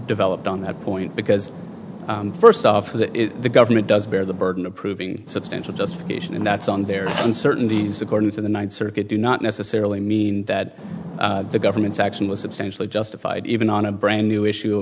developed on that point because first off that the government does bear the burden of proving substantial justification and that's on their uncertainties according to the ninth circuit do not necessarily mean that the government's action was substantially justified even on a brand new issue